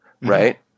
right